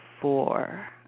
four